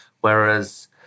whereas